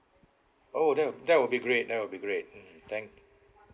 oh that that will be great that will be great mm thank